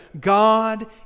God